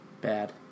Bad